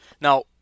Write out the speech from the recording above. Now